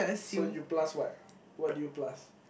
so you plus what what do you plus